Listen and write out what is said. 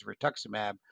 rituximab